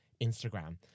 Instagram